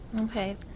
Okay